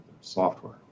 software